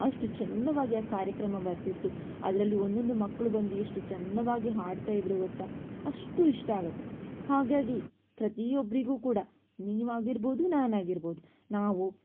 ಅಷ್ಟು ಚಂದವಾಗಿ ಆ ಕಾರ್ಯಕ್ರಮ ಬರ್ತಿತ್ತು ಅದರಲ್ಲೂ ಒಂದೊಂದು ಮಕ್ಕಳು ಬಂದು ಎಷ್ಟು ಚಂದವಾಗಿ ಹಾಡ್ತಾ ಇದ್ದರು ಗೊತ್ತಾ ಅಷ್ಟು ಇಷ್ಟ ಆಗತ್ತೆ ಹಾಗಾಗಿ ಪ್ರತಿಯೊಬ್ಬರಿಗೂ ಕೂಡ ನೀವಾಗಿರಬಹುದು ನಾನಾಗಿರಬಹುದು ನಾವು